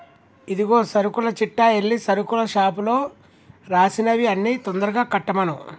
ఇదిగో సరుకుల చిట్టా ఎల్లి సరుకుల షాపులో రాసినవి అన్ని తొందరగా కట్టమను